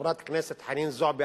חברת הכנסת חנין זועבי,